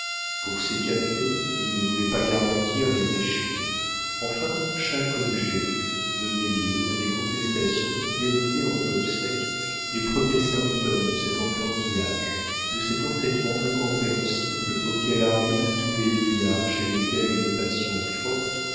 pour ses cafés il ne voulait pas garantir les déchets enfin chaque objet donnait lieu à des contestations qui dénotaient en gobseck les premiers symptômes de cet enfantillage de cet entêtement incompréhensible auxquels arrivent tous les vieillards chez lesquels une passion forte